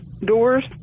doors